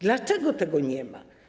Dlaczego tego nie ma?